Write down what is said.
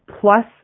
plus